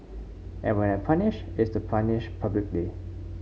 and when I punish it's to punish publicly